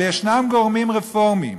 אבל יש גורמים רפורמיים